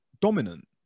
dominant